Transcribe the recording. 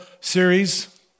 series